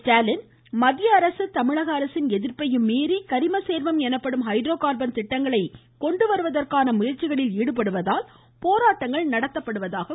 ஸ்டாலின் மத்திய அரசு தமிழக அரசின் எதிர்ப்பையும் மீறி கரிமசேர்மம் எனப்படும் ஹைட்ரோ கார்பன் திட்டங்களை கொண்டு வருவதற்கான முயற்சிகளில் ஈடுபடுவதால் போராட்டங்கள் நடத்தப்படுகிறது என்றார்